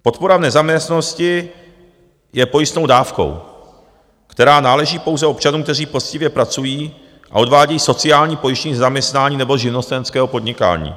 Podpora v nezaměstnanosti je pojistnou dávkou, která náleží pouze občanům, kteří poctivě pracují a odvádějí sociální pojištění ze zaměstnání nebo živnostenského podnikání.